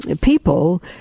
people